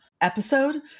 episode